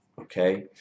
okay